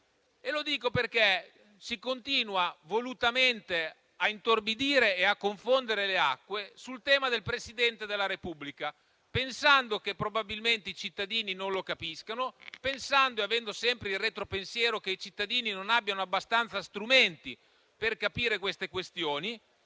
Lo dico perché si continua volutamente a intorbidire e a confondere le acque sul tema del Presidente della Repubblica, pensando che probabilmente i cittadini non lo capiscano, avendo sempre il retropensiero che i cittadini non abbiano abbastanza strumenti per capire tali questioni,